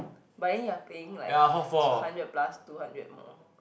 but then you are paying like two hundred plus two hundred more